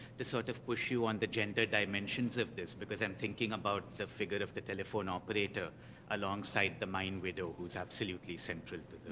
to sort of push you on the gender dimensions of this, because i'm thinking about the figure of the telephone operator alongside the mine widow, who is absolutely central